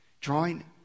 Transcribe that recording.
drawing